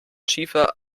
schiefer